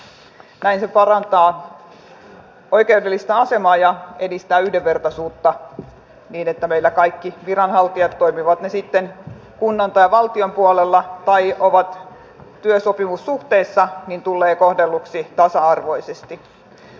näin se parantaa oikeudellista asemaa ja edistää yhdenvertaisuutta niin että meillä kaikki viranhaltijat toimivat he sitten kunnan tai valtion puolella tai ovat työsopimussuhteessa tulevat kohdelluiksi tasa arvoisesti